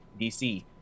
dc